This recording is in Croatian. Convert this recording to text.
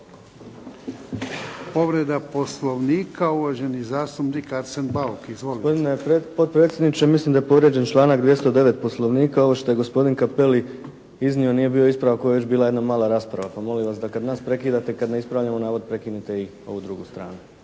Povreda Poslovnika uvaženi zastupnik Arsen Bauk. Izvolite. **Bauk, Arsen (SDP)** Gospodine potpredsjedniče mislim da je povrijeđen članak 209. Poslovnika. Ovo što je gospodin Capelli iznio nije bio ispravak. Ovo je već bila jedna mala rasprava. Pa molim vas da kad nas prekidate, kad ne ispravljamo navod prekinite i ovu drugu stranu.